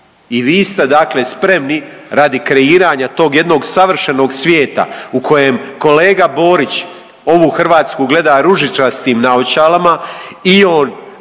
i vi ste dakle spremni radi kreiranja tog jednog savršenog svijeta u kojem kolega Borić ovu Hrvatsku gleda ružičastim naočalama i on